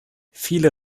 viele